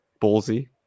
ballsy